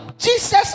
jesus